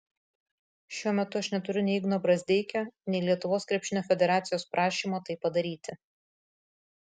šiuo metu aš neturiu nei igno brazdeikio nei lietuvos krepšinio federacijos prašymo tai padaryti